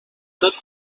tot